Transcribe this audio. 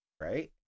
right